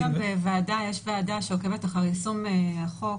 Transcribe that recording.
יש ועדה שעוקבת אחרי יישום החוק,